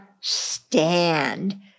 stand